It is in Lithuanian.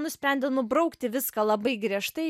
nusprendė nubraukti viską labai griežtai